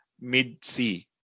mid-sea